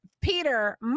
Peter